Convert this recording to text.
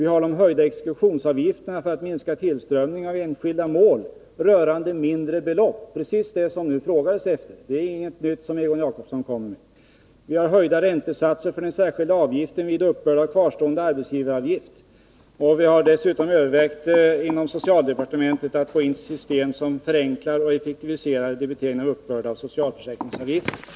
Vi har de höjda exekutionsavgifterna för att minska tillströmningen av enskilda mål rörande mindre belopp — precis det som frågan nu gällde. Det är således inget nytt som Egon Jacobsson kommer med. Vi har höjda räntesatser för den särskilda avgiften vid uppbörd av kvarstående arbetsgivaravgifter. Och vi har dessutom inom socialdepartementet övervägt ett system som förenklar och effektiviserar debiteringen av uppbörd av socialförsäkringsavgifterna.